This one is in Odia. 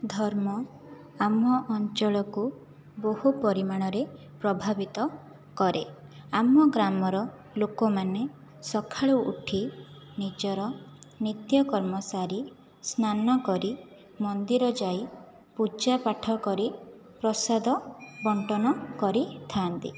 ଧର୍ମ ଆମ ଅଞ୍ଚଳକୁ ବହୁ ପରିମାଣରେ ପ୍ରଭାବିତ କରେ ଆମ ଗ୍ରାମର ଲୋକମାନେ ସକାଳୁ ଉଠି ନିଜର ନିତ୍ୟକର୍ମ ସାରି ସ୍ନାନ କରି ମନ୍ଦିର ଯାଇ ପୂଜାପାଠ କରି ପ୍ରସାଦ ବଣ୍ଟନ କରିଥାନ୍ତି